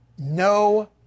No